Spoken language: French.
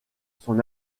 son